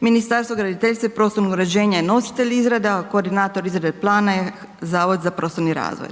Ministarstvo graditeljstva i prostornog uređenja je nositelj izrade a koordinator izrade plana je Zavod za prostorni razvoj.